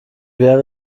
wäre